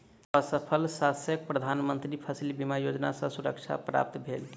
असफल शस्यक प्रधान मंत्री फसिल बीमा योजना सॅ सुरक्षा प्राप्त भेल